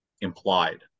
implied